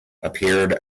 appeared